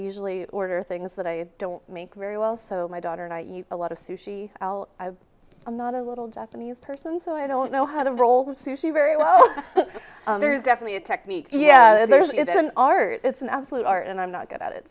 usually order things that i don't mean very well so my daughter and i eat a lot of sushi i'm not a little japanese person so i don't know how to roll the sushi very well there's definitely a technique there's an art it's an absolute art and i'm not good at it